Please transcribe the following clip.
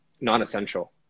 non-essential